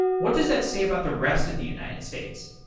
what does that say about the rest of the united states?